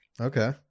Okay